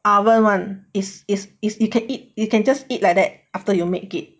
oven [one] is is is you can eat you can just eat like that after you make it